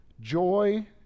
joy